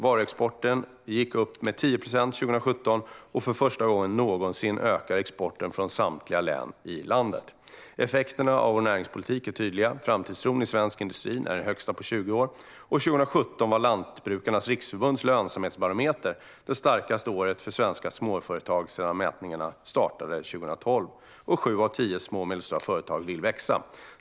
Varuexporten gick upp med 10 procent 2017, och för första gången någonsin ökar exporten från samtliga län i landet. Effekterna av vår näringspolitik är tydliga. Framtidstron i svensk industri är den högsta på 20 år. År 2017 var enligt Lantbrukarnas Riksförbunds lönsamhetsbarometer det starkaste året för svenska småföretag sedan mätningarna startade 2012. Och sju av tio små och medelstora företag vill växa.